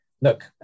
Look